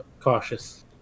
cautious